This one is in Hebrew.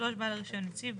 בעל הרישיון הציב,